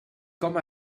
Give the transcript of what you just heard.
com